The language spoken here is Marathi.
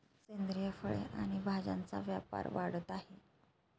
सेंद्रिय फळे आणि भाज्यांचा व्यापार वाढत आहे